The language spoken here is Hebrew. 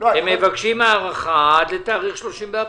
מבקשים הארכה עד לתאריך 30 באפריל.